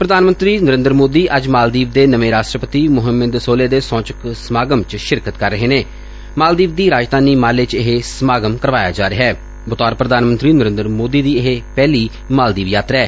ਪ੍ਰਧਾਨ ਮੰਤਰੀ ਸ੍ਰੀ ਨਰੇਂਦਰ ਮੋਦੀ ਅੱਜ ਮਾਲਦੀਵ ਦੇ ਨਵੇਂ ਰਾਸ਼ਟਰਪਤੀ ਮੁਹੰਮਦ ਸੋਲੇਹ ਦੇ ਸਹੁੰ ਚੁੱਕ ਸਮਾਗਮ ਚ ਸ਼ਿਰਕਤ ਕਰ ਰਹੇ ਨੇ ਮਾਲਦੀਵ ਦੀ ਰਾਜਧਾਨੀ ਮਾਲੇ ਚ ਇਹ ਸਮਾਗਮ ਕਰਵਾਇਆ ਜਾ ਰਿਹੈ ਬਤੌਰ ਪ੍ਰਧਾਨ ਮੰਤਰੀ ਨਰੇਂਦਰ ਮੋਦੀ ਦੀ ਇਹ ਪਹਿਲੀ ਯਾਤਰਾ ਐ